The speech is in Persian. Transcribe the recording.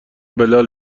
بلال